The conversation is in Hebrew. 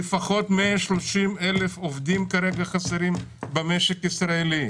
לפחות 130,000 עובדים חסרים כרגע במשק הישראלי.